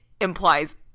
implies